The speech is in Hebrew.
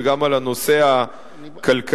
וגם על הנושא הכלכלי.